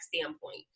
standpoint